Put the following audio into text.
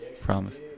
Promise